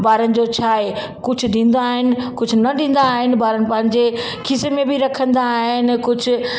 ॿारनि जो छा आहे कुझु ॾींदा आहिनि कुझु न ॾींदा आहिनि ॿारनि पंहिंजे खीसे में बि रखंदा आहिनि कुझु